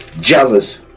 jealous